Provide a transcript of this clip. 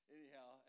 Anyhow